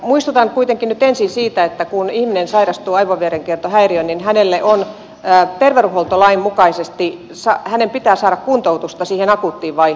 muistutan kuitenkin nyt ensin siitä että kun ihminen sairastuu aivoverenkiertohäiriöön niin terveydenhuoltolain mukaisesti hänen pitää saada kuntoutusta siihen akuuttiin vaiheeseen